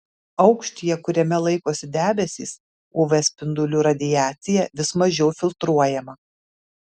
aukštyje kuriame laikosi debesys uv spindulių radiacija vis mažiau filtruojama